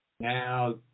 Now